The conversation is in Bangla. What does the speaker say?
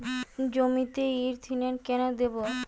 জমিতে ইরথিয়ন কেন দেবো?